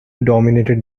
dominated